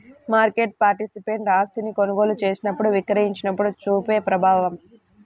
market participant ఆస్తిని కొనుగోలు చేసినప్పుడు, విక్రయించినప్పుడు చూపే ప్రభావం